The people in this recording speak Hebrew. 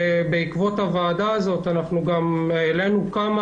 ובעקבות הוועדה הזאת גם העלינו בכמה